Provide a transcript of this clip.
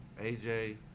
aj